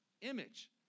image